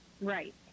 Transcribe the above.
right